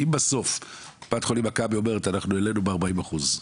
כי אם בסוף קופת חולים מכבי אומרת אנחנו העלינו ב-40 אחוזים,